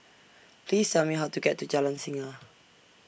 Please Tell Me How to get to Jalan Singa